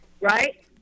Right